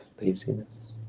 laziness